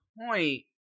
point